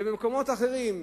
ובמקומות אחרים,